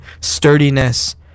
sturdiness